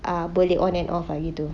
ah boleh on and off ah gitu